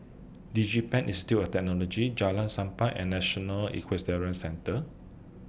Digipen Institute of Technology Jalan Sappan and National Equestrian Centre